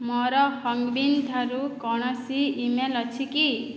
ମୋର ହଙ୍ଗବିନଠାରୁ କୌଣସି ଇମେଲ୍ ଅଛି କି